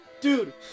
Dude